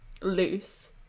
loose